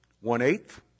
One-eighth